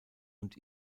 und